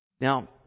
Now